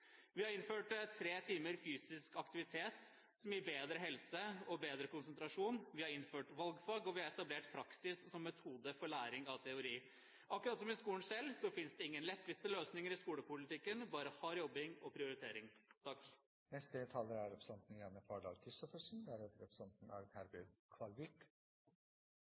Vi har innført tre timer fysisk aktivitet, som gir bedre helse og bedre konsentrasjon. Vi har innført valgfag. Og vi har etablert praksis som metode for læring av teori. Akkurat som i skolen selv finnes det ingen lettvinte løsninger i skolepolitikken, bare hard jobbing og prioritering. Framtidsrettet veiutbygging og god infrastruktur er alfa og omega for innbyggerne og for næringslivet i landet vårt. Stamveinettet i Norge er